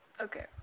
Okay